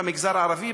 במגזר הערבי,